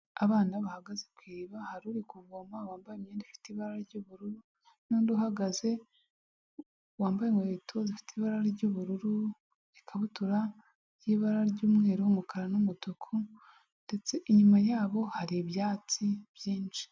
Abana bahagaze ku iriba, hari uri kuvoma wambaye imyenda ifite ibara ry'ubururu n'undi uhagaze wambaye inkweto zifite ibara ry'ubururu n'ikabutura y'ibara ry'umweru n'umukara n'umutuku, ndetse inyuma yabo hari ibyatsi byinshi.